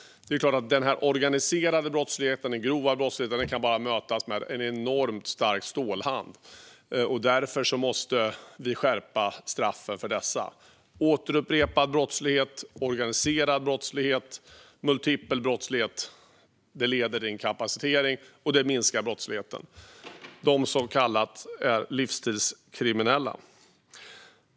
Det är klart att den organiserade brottsligheten, den grova brottsligheten, bara kan mötas med en enormt stark stålhand. Därför måste vi skärpa straffen för detta. Återupprepad brottslighet, organiserad brottslighet och multipel brottslighet leder till inkapacitering, och det minskar brottsligheten bland så kallade livsstilskriminella.